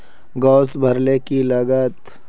Gas भरले की लागत?